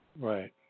Right